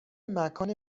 مکان